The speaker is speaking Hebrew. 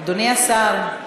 אדוני השר,